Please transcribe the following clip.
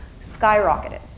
skyrocketed